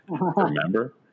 remember